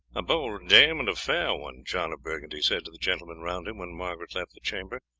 a bold dame and a fair one, john of burgundy said to the gentlemen round him when margaret left the chamber.